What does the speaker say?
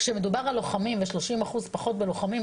כשמדובר על שלושים אחוז פחות בלוחמים,